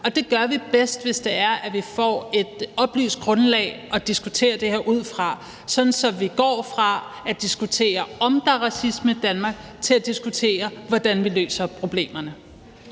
Og det gør vi bedst, hvis vi får et oplyst grundlag at diskutere det her ud fra, sådan at vi går fra at diskutere, om der er racisme i Danmark, til at diskutere, hvordan vi løser problemerne.